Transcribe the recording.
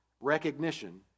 recognition